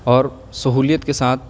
اور سہولت کے ساتھ